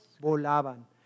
volaban